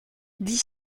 dix